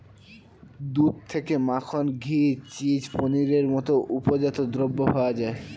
দুধ থেকে মাখন, ঘি, চিজ, পনিরের মতো উপজাত দ্রব্য পাওয়া যায়